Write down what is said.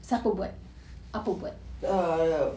err